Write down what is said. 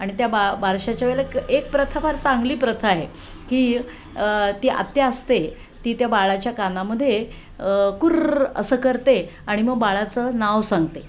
आणि त्या बा बारशाच्या वेळेला क एक प्रथा फार चांगली प्रथा आहे की ती आत्या असते ती त्या बाळाच्या कानामध्ये कुर्र असं करते आणि मग बाळाचं नाव सांगते